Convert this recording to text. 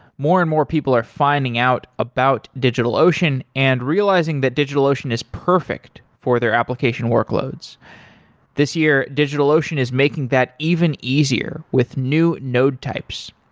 more and more people are finding out about digitalocean and realizing that digitalocean is perfect for their application workloads this year, digitalocean is making that even easier with new node types.